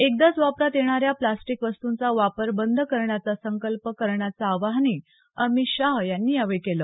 एकदाच वापरात येणाऱ्या प्लास्टीक वस्तुंचा वापर बंद करण्याचा संकल्प करण्याचं आवाहनही अमित शाह यांनी यावेळी केलं